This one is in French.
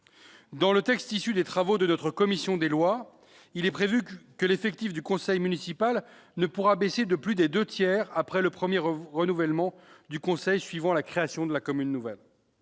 Dans le texte issu des travaux de notre commission des lois, il est prévu que l'effectif du conseil municipal ne pourra pas baisser de plus des deux tiers après le premier renouvellement suivant la création de la commune nouvelle.